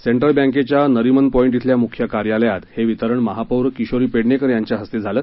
central बँकेच्या Nariman point श्वेल्या मुख्य कार्यालयात हे वितरण महापौर किशोरी पेडणेकर यांच्या हस्ते पार पडलं